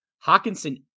Hawkinson